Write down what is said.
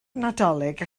nadolig